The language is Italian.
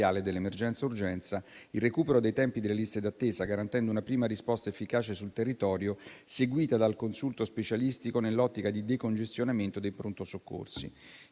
dell'emergenza urgenza, il recupero dei tempi delle liste d'attesa, garantendo una prima risposta efficace sul territorio, seguita dal consulto specialistico, nell'ottica di decongestionamento dei pronto soccorsi.